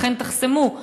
ולכן תחסמו.